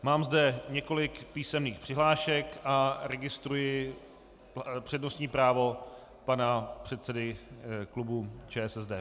Mám zde několik písemných přihlášek a registruji přednostní právo pana předsedy klubu ČSSD.